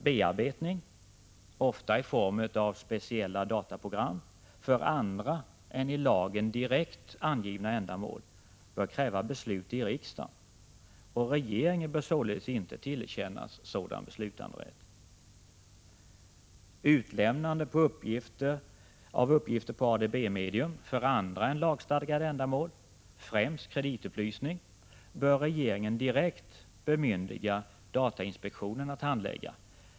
Bearbetning — ofta i form av speciella dataprogram — för andra än i lagen direkt angivna ändamål bör kräva beslut i riksdagen, och regeringen bör således inte tillerkännas sådan beslutanderätt. Utlämnande av uppgifter på ADB-medium för andra än lagstadgade ändamål, främst kreditupplysning, bör regeringen direkt bemyndiga datainspektionen att handlägga.